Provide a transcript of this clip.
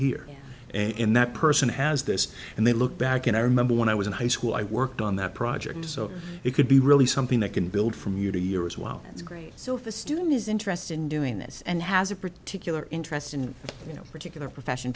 here and that person has this and they look back and i remember when i was in high school i worked on that project so it could be really something that can build from year to year as well that's great so if a student is interested in doing this and has a particular interest and you know particular profession